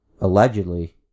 Allegedly